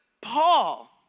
Paul